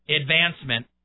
advancement